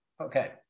Okay